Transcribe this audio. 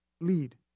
lead